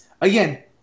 Again